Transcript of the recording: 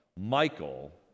Michael